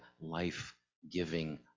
life-giving